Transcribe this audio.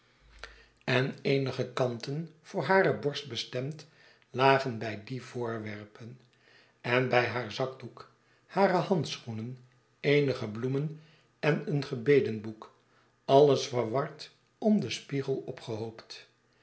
en eenige kanten voor hare borst bestemd lagen bij die voorwerpen en by haar zakdoek hare handschoenen eenige bloemen en een gebedenboek alles verward om den spiegel opgehoopt